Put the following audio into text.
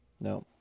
No